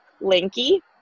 lanky